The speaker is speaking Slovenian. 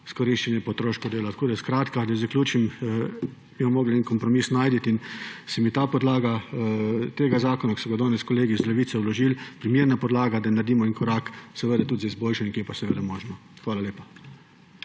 izkoriščanje pa otroško delo. Skratka, da zaključim. Mi bomo morali en kompromis najti in se mi zdi ta podlaga tega zakona, ki so ga danes kolegi iz Levice vložili, primerna podlaga, da naredimo korak, seveda tudi z izboljšanji, ki pa so seveda možni. Hvala lepa.